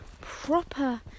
proper